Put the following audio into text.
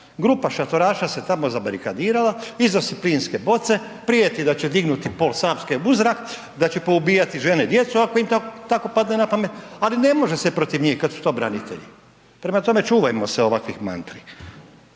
grupa šatoraša se tamo zabarikadirala iza plinske boce, prijeti da će dignuti pol Savske u zrak, da će poubijati žene i djecu ako im tako padne na pamet, ali ne može se protiv njih kada su to branitelji. Prema tome, čuvajmo se ovakvim mantri.